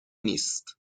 نیست